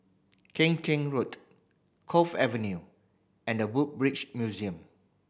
Keng Chin Road Cove Avenue and The Woodbridge Museum